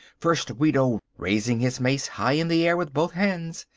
first guido, raising his mace high in the air with both hands,